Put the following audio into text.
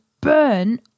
burn